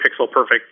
pixel-perfect